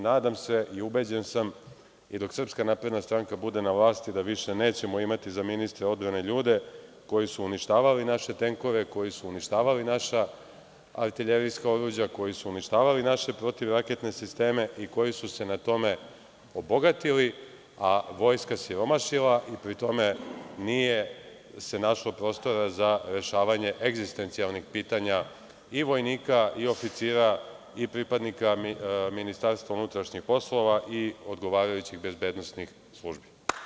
Nadam se i ubeđen sam i dok SNS bude na vlasti da više nećemo imati za ministra odbrane ljude koji su uništavali naše tenkove, koji su uništavali naša artiljerijska oruđa, koji su uništavali naše protivraketne sisteme, koji su se na tome obogatili, a vojska siromašila i pri tome nije se našlo prostora za rešavanje egzistencijalnih pitanja i vojnika i oficira i pripadnika MUP i odgovarajućih bezbednosnih službi.